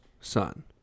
son